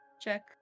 check